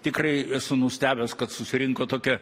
tikrai esu nustebęs kad susirinko tokia